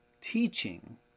teaching